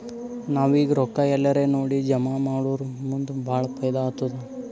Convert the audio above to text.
ನಾವ್ ಈಗ್ ರೊಕ್ಕಾ ಎಲ್ಲಾರೇ ನೋಡಿ ಜಮಾ ಮಾಡುರ್ ಮುಂದ್ ಭಾಳ ಫೈದಾ ಆತ್ತುದ್